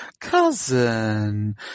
cousin